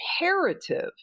imperative